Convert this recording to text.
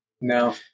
No